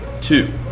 two